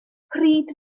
pryd